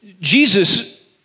Jesus